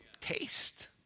taste